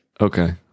Okay